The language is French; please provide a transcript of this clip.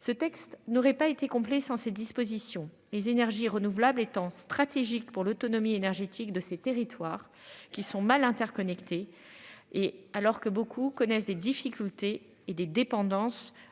ce texte n'aurait pas été complet sans ces dispositions les énergies renouvelables étant stratégique pour l'autonomie énergétique de ces territoires qui sont mal interconnectés. Et alors que beaucoup connaissent des difficultés et des dépendances à des